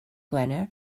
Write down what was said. gwener